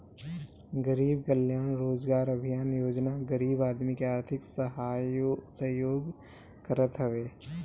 गरीब कल्याण रोजगार अभियान योजना गरीब आदमी के आर्थिक सहयोग करत हवे